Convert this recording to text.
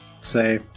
say